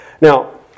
Now